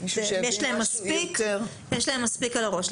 יש להם מספיק על הראש.